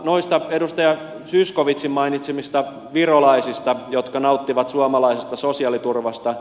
noista edustaja zyskowiczin mainitsemista virolaisista jotka nauttivat suomalaisesta sosiaaliturvasta